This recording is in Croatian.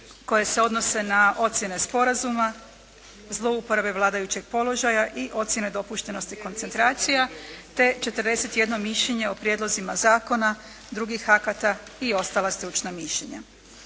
koje se odnose na ocjene sporazuma, zlouporabe vladajućeg položaja i ocjene dopuštenosti koncentracija te 41 mišljenje o prijedlozima zakona, drugih akata i ostala stručna mišljenja.